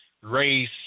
race